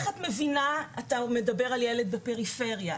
אתה מדבר על ילד בפריפריה,